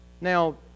Now